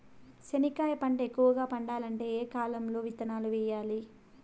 చెనక్కాయ పంట ఎక్కువగా పండాలంటే ఏ కాలము లో విత్తనాలు వేయాలి?